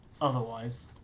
otherwise